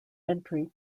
entry